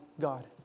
God